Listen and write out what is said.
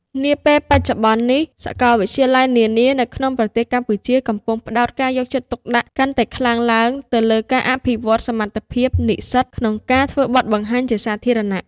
នាពេលបច្ចុប្បន្ននេះ សាកលវិទ្យាល័យនានានៅក្នុងប្រទេសកម្ពុជាកំពុងផ្តោតការយកចិត្តទុកដាក់កាន់តែខ្លាំងឡើងទៅលើការអភិវឌ្ឍសមត្ថភាពនិស្សិតក្នុងការធ្វើបទបង្ហាញជាសាធារណៈ។